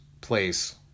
place